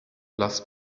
lass